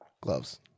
Gloves